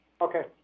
Okay